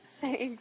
Thanks